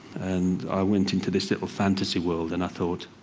and i went into this little fantasy world. and i thought,